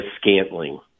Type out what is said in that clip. Scantling